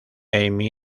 amy